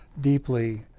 deeply